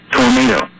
tornado